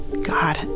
God